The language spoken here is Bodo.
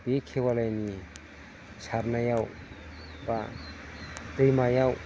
बे खेवालिनि सारनायाव बा दैमायाव